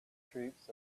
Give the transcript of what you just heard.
troops